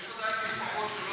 יש עדיין משפחות,